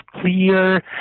clear